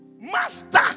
Master